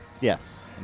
Yes